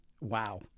wow